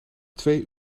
twee